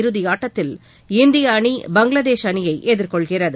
இறதி ஆட்டத்தில்இந்திய அணி பங்களாதேஷ் அணியை எதிர்கொள்கிறது